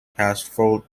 castleford